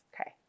Okay